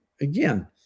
again